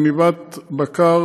גנבת בקר,